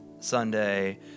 Sunday